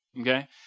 Okay